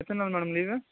எத்தனை நாள் madam leave